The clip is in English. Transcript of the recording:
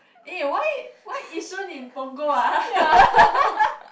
eh why why Yishun in Punggol ah